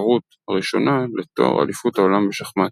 התחרות הראשונה לתואר אליפות העולם בשחמט.